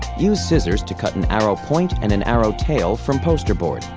use scissors to cut an arrow point and an arrow tail from poster board,